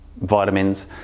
vitamins